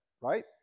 right